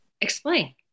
explain